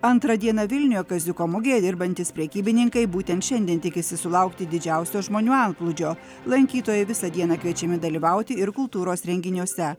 antrą dieną vilniuje kaziuko mugėje dirbantys prekybininkai būtent šiandien tikisi sulaukti didžiausio žmonių antplūdžio lankytojai visą dieną kviečiami dalyvauti ir kultūros renginiuose